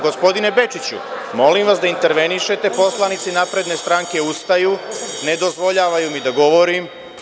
Gospodine Bečiću, molim vas da intervenišete poslanici SNS ustaju, ne dozvoljavaju mi da govorim.